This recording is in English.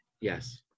Yes